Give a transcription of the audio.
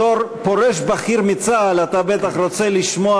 בתור פורש בכיר מצה"ל אתה בטח רוצה לשמוע